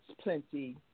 plenty